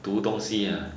读东西 ah